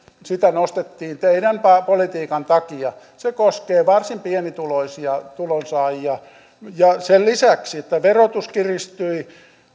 sitä nostettiin teidän politiikkanne takia se koskee varsin pienituloisia tulonsaajia ja sen lisäksi että verotus kiristyi